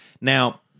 Now